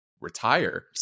retire